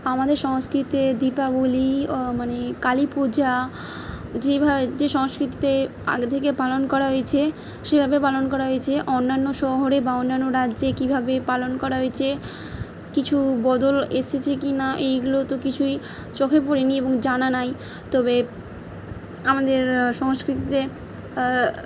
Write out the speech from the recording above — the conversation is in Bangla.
আমাদের সংস্কৃতে দীপাবলি মানে কালী পূজা যেভাবে যে সংস্কৃতিতে আগে থেকে পালন করা হয়েছে সেভাবে পালন করা হয়েছে অন্যান্য শহরে বা অন্যান্য রাজ্যে কীভাবে পালন করা হয়েছে কিছু বদল এসেছে কি না এইগুলো তো কিছুই চোখে পড়ে নি এবং জানা নাই তবে আমাদের সংস্কৃতিতে